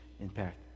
impact